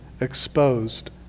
exposed